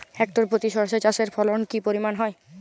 Hectare প্রতি সর্ষে চাষের ফলন কি পরিমাণ হয়?